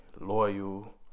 loyal